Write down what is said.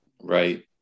Right